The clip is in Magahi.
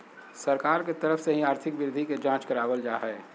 सरकार के तरफ से ही आर्थिक वृद्धि के जांच करावल जा हय